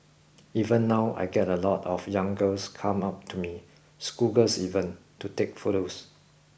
even now I get a lot of young girls come up to me schoolgirls even to take photos